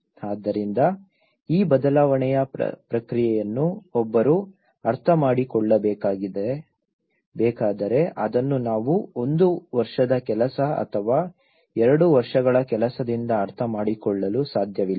ಆದ್ದರಿಂದ ಈ ಬದಲಾವಣೆಯ ಪ್ರಕ್ರಿಯೆಯನ್ನು ಒಬ್ಬರು ಅರ್ಥಮಾಡಿಕೊಳ್ಳಬೇಕಾದರೆ ಅದನ್ನು ನಾವು ಒಂದು ವರ್ಷದ ಕೆಲಸ ಅಥವಾ ಎರಡು ವರ್ಷಗಳ ಕೆಲಸದಿಂದ ಅರ್ಥಮಾಡಿಕೊಳ್ಳಲು ಸಾಧ್ಯವಿಲ್ಲ